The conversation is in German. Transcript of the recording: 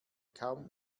kaum